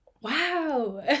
Wow